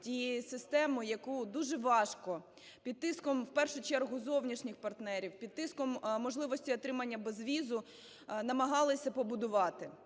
тієї системи, яку дуже важко, під тиском, в першу чергу зовнішніх партнерів, під тиском можливості отримання безвізу намагалися побудувати.